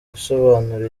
gusobanura